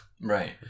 Right